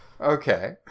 Okay